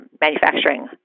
manufacturing